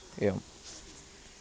एवम्